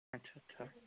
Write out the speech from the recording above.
ਅੱਛਾ ਅੱਛਾ